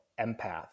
empath